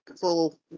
full